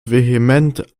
vehement